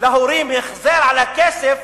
להורים החזר על הכסף